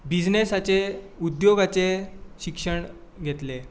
बिजनॅसाचें उद्द्योगाचें शिक्षण घेतलें